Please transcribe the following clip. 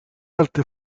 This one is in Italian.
arti